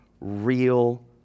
real